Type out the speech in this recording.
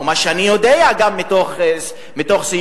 ומה שאני יודע גם מתוך סיורים,